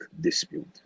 dispute